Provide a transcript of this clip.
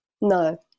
no